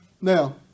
Now